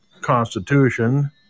Constitution